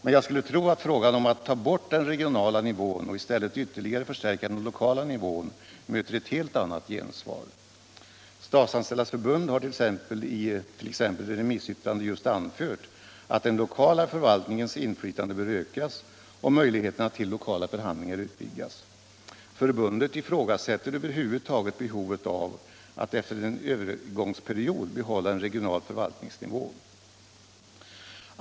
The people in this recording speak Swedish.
Men jag skulle tro att frågan om att ta bort den regionala nivån och i stillet ytterligare förstärka den lokala nivån möter ett helt annat gensvar. Statsanställdas förbund har t.ex. i remissyttrande just anfört att den lokala förvaltningens inflytande bör ökas och möjligheterna till lokala förhandlingar utvidgas. Förbundet ifrågasätter över huvud taget behovet av att efter en övergångsperiod behålla en regional förvaltningsnivå.